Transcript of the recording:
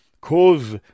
cause